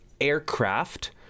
aircraft